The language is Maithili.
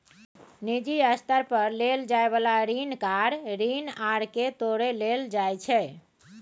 निजी स्तर पर लेल जाइ बला ऋण कार ऋण आर के तौरे लेल जाइ छै